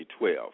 2012